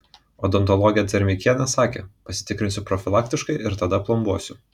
odontologė dzermeikienė sakė pasitikrinsiu profilaktiškai ir tada plombuosiu